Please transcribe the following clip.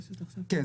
כן,